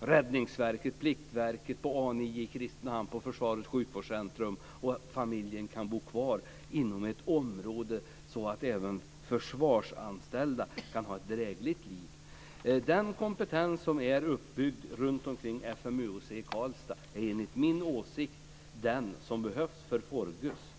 Räddningsverket, Pliktverket, A 9 i Kristinehamn och på Försvarets sjukvårdscentrum och familjen kunna bo kvar inom ett område, så att även försvarsanställda kan ha ett drägligt liv. Den kompetens som är uppbyggd runtomkring FMUHC i Karlstad är enligt min åsikt den som behövs för Forgus.